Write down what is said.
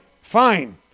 fine